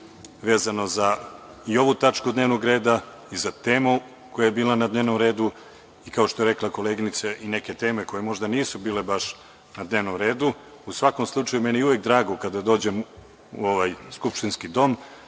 vezano za ovu tačku dnevnog reda i za temu koja je bila na dnevnom redu, kao što je rekla koleginica, i neke teme koje možda nisu bile baš na dnevnom redu. U svakom slučaju, meni je uvek drago kada dođem u ovaj skupštinski dom